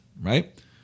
right